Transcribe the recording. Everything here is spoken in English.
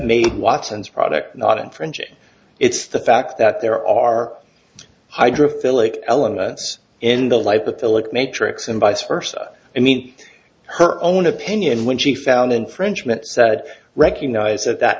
made watson's product not infringing it's the fact that there are hydrophilic elements in the life of tillich matrix and vice versa i mean her own opinion when she found infringement said recognized that that